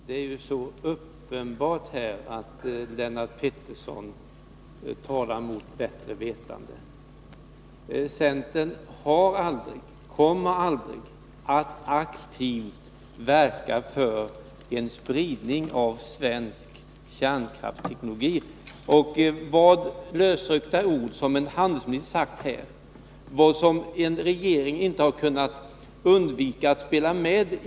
Fru talman! Det är så uppenbart att Lennart Pettersson talar mot bättre vetande. Centern har aldrig verkat och kommer aldrig att aktivt verka för en spridning av svensk kärnkraftsteknologi. Lösryckta ord som en handelsminister yttrat kan icke med någon tyngd vändas mot centern.